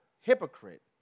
hypocrite